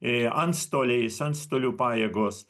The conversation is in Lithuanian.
i antstoliais antstolių pajėgos